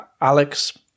Alex